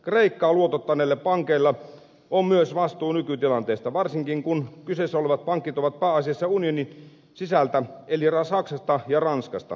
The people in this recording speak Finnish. kreikkaa luotottaneilla pankeilla on myös vastuu nykytilanteesta varsinkin kun kyseessä olevat pankit ovat pääasiassa unionin sisältä eli saksasta ja ranskasta